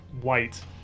white